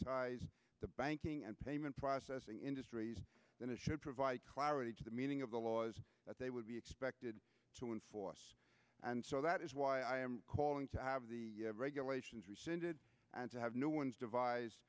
deputize the banking and payment processing industries then it should provide clarity to the meaning of the laws that they would be expected to enforce and so that is why i am calling to have the regulations rescinded and to have no ones devise